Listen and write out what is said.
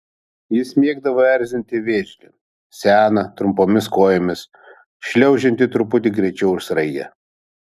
jis mėgdavo erzinti vėžlį seną trumpomis kojomis šliaužiantį truputį greičiau už sraigę